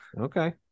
okay